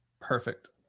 Perfect